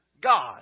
God